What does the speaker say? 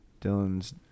Dylan's